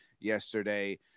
yesterday